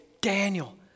Daniel